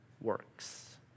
works